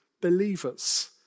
believers